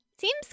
Seems